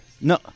No